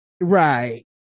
Right